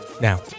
now